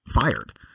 fired